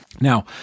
Now